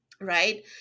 right